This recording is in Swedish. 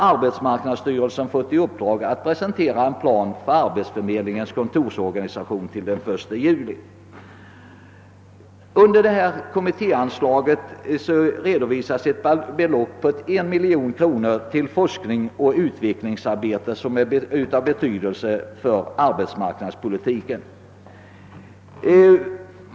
Arbetsmarknadsstyrelsen har ju fått i uppdrag att till den 1 juli presentera en plan för arbetsförmedlingskontorens organisation. Under kommittéanslaget redovisas ett belopp på 1 miljon kronor till forskningsoch utvecklingsarbete som är av betydelse för arbetsmarknadspolitiken.